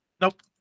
Nope